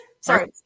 Sorry